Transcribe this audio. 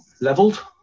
leveled